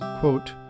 quote